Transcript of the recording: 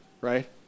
Right